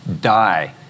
die